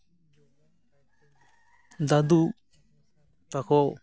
ᱫᱟᱫᱩ ᱛᱟᱠᱚ